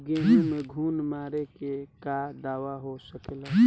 गेहूँ में घुन मारे के का दवा हो सकेला?